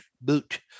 Boot